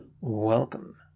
Welcome